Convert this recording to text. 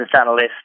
analyst